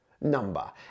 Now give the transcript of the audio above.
number